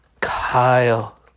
Kyle